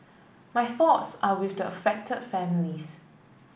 my thoughts are with the affected families